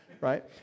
right